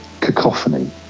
cacophony